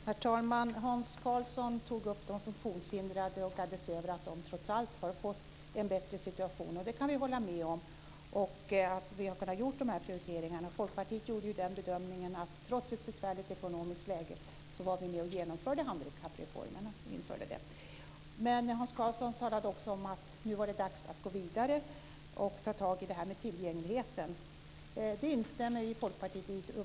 Herr talman! Hans Karlsson tog upp de funktionshindrade och gladdes över att de trots allt har fått en bättre situation, och det kan vi hålla med om. Vi har kunnat göra de prioriteringarna. Vi i Folkpartiet gjorde bedömningen att vi trots ett besvärligt ekonomiskt läge ville vara med och genomföra handikappreformen. Hans Karlsson talade också om att det nu var dags att gå vidare och ta tag i det här med tillgängligheten. Det instämmer vi i Folkpartiet i.